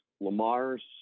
Lamar's